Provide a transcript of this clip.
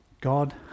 God